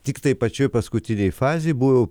tiktai pačioje paskutinėje fazėje buvo